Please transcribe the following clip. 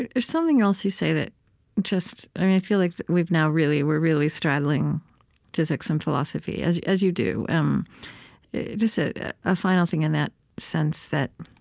and there's something else you say that just i feel like we've now really we're really straddling physics and philosophy, as you as you do. um just a ah final thing, in that sense, that